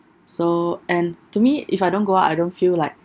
so and to me if I don't go out I don't feel like